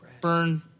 burn